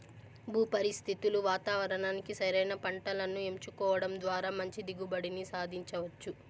భూ పరిస్థితులు వాతావరణానికి సరైన పంటను ఎంచుకోవడం ద్వారా మంచి దిగుబడిని సాధించవచ్చు